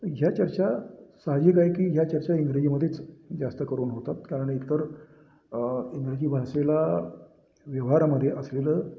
ह्या चर्चा साहजिक आहे की ह्या चर्चा इंग्रजीमध्येच जास्त करून होतात कारण एकतर इंग्रजी भाषेला व्यवहारामध्ये असलेलं